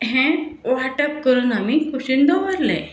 हें वांटप करून आमी कुशीन दवरलें